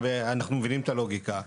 מבחינתה, ואנחנו מבינים את הלוגיקה,